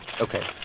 Okay